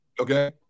Okay